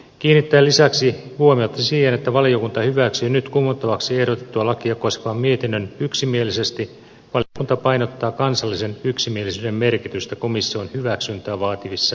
kiinnittäen lisäksi huomiota siihen että valiokunta hyväksyi nyt kumottavaksi ehdotettua lakia koskevan mietinnön yksimielisesti valiokunta painottaa kansallisen yksimielisyyden merkitystä komission hyväksyntää vaativissa asioissa